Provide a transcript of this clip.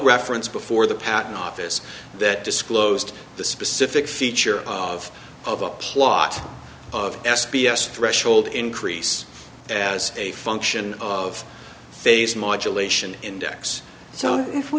reference before the patent office that disclosed the specific feature of of a plot of s b s threshold increase as a function of phase modulation index so if we